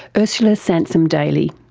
ursula sansom-daly.